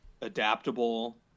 adaptable